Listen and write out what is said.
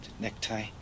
Necktie